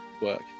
work